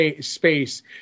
space